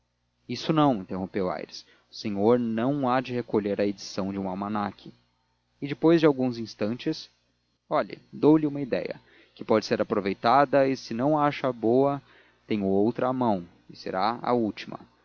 isso não interrompeu aires o senhor não há de recolher a edição de um almanaque e depois de alguns instantes olhe dou-lhe uma ideia que pode ser aproveitada e se não a achar boa tenho outra à mão e será a última